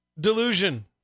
delusion